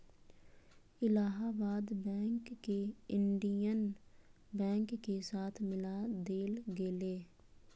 Allahabad bank के Indian bank के साथ मिला देल गेले